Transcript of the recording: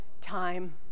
time